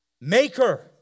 maker